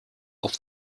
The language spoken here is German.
auf